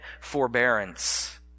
forbearance